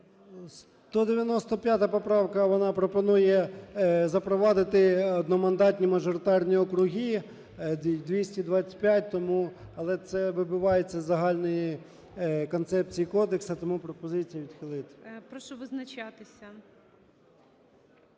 195 поправка, вона пропонує запровадити одномандатні мажоритарні округи, 225, тому... але це вибивається із загальної концепції кодексу. Тому пропозиція відхилити. ГОЛОВУЮЧИЙ. Прошу визначатися.